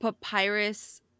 papyrus